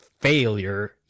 failure